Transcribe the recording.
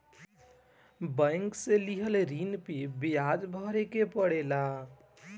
bank से लेहल ऋण पे बियाज भरे के पड़ेला